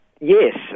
Yes